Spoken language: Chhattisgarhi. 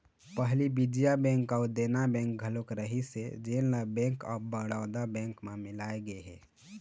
पहली विजया बेंक अउ देना बेंक घलोक रहिस हे जेन ल बेंक ऑफ बड़ौदा बेंक म मिलाय गे हे